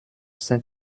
saint